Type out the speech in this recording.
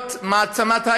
מעצמת היי-טק,